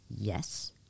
yes